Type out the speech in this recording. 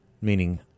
meaning